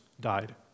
died